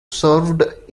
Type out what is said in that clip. served